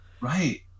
Right